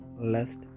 lest